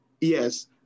yes